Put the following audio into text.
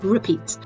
Repeat